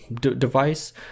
device